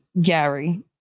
Gary